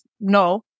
no